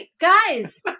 guys